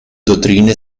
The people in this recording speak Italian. dottrine